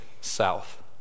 south